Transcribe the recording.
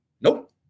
Nope